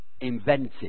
invented